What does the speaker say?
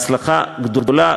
הצלחה גדולה.